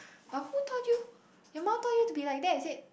but who taught you your mum told you to be like that is it